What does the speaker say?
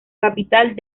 capital